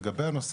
לגבי הנושא,